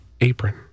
apron